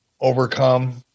overcome